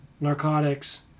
narcotics